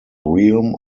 realm